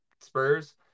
Spurs